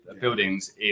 buildings